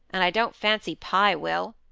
and i don't fancy pye will.